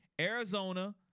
arizona